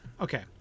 okay